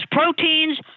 Proteins